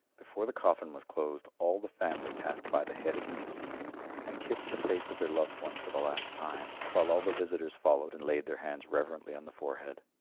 before the coffin was closed all the family passed by the head of the deceased and kissed the face of their loved one for the last time, while all the visitors followed and laid their hands reverently on the forehead.